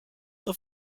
the